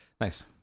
nice